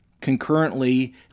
concurrently